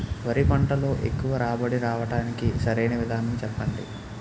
వరి పంటలో ఎక్కువ రాబడి రావటానికి సరైన విధానం చెప్పండి?